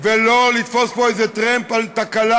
ולא לתפוס פה איזה טרמפ על תקלה.